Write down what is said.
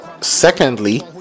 secondly